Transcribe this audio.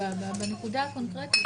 החוק בלי להסתכל אחורה ולומר מה הוא עשה.